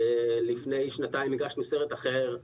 לפני שנתיים הגשנו סרט אחר.